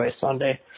Sunday